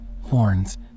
horns